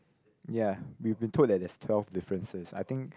ya we've been told that there's twelve differences I think